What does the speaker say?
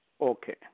Okay